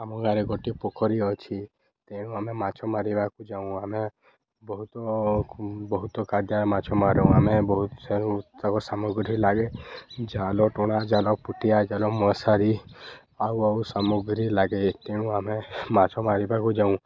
ଆମ ଗାଁରେ ଗୋଟିଏ ପୋଖରୀ ଅଛି ତେଣୁ ଆମେ ମାଛ ମାରିବାକୁ ଯାଉ ଆମେ ବହୁତ ବହୁତ କାର୍ଯ୍ୟରେ ମାଛ ମାରୁ ଆମେ ବହୁତ ସାମଗ୍ରୀ ଲାଗେ ଜାଲ ଟଣା ଜାଲ ପୁଟିଆ ଜାଲ ମଶାରୀ ଆଉ ଆଉ ସାମଗ୍ରୀ ଲାଗେ ତେଣୁ ଆମେ ମାଛ ମାରିବାକୁ ଯାଉଁ